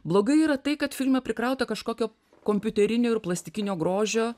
blogai yra tai kad filme prikrauta kažkokio kompiuterinio ir plastikinio grožio